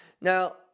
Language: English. Now